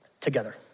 together